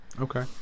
Okay